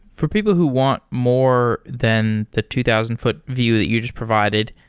for people who want more than the two thousand foot view that you just provided,